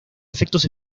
efectos